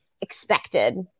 expected